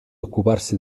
occuparsi